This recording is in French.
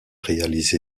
réalisé